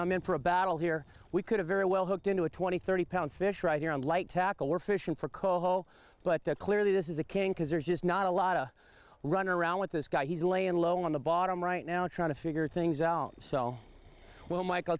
i'm in for a battle here we could have very well hooked into a twenty thirty pound fish right here on light tackle we're fishing for coal but clearly this is a king because there's just not a lot to run around with this guy he's laying low on the bottom right now trying to figure things out so well michael